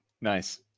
Nice